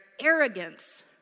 arrogance